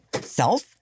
self